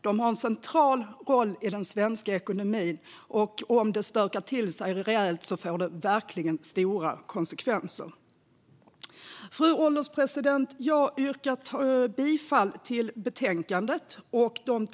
De har en central roll i den svenska ekonomin, och om det stökar till sig rejält får det verkligen stora konsekvenser. Fru ålderspresident! Jag yrkar bifall till förslaget i betänkandet.